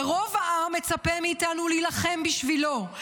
ורוב העם מצפה מאיתנו להילחם בשבילו,